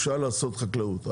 אפשר לעשות חקלאות.